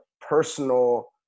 personal